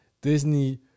Disney